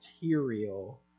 material